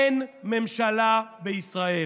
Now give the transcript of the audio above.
אין ממשלה בישראל.